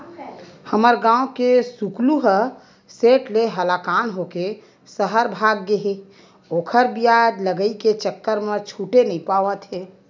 हमर गांव के सुकलू ह सेठ ले हलाकान होके सहर भाग गे हे ओखर बियाज लगई के चक्कर म छूटे नइ पावत हे